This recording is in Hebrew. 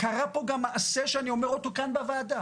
קרה פה גם מעשה שאני אומר אותו כאן בוועדה: